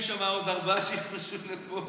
הם סידרו להם עוד ארבעה שיפרשו לפה